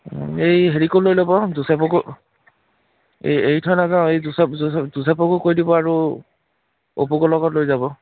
এই হেৰিকো লৈ ল'ব জোচেফকো এই এৰি থৈ নেযাওঁ এই জোচেফ জোচেফ জোচেফকো কৈ দিব আৰু উপকূলকো লৈ যাব